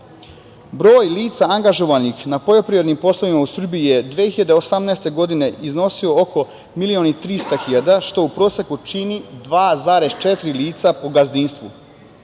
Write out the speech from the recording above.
Broj lica angažovanih na poljoprivrednim poslovima u Srbiji je 2018. godine iznosio oko milion i trista hiljada, što u proseku čini 2,4 lica po gazdinstvu.U